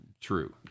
true